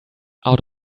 out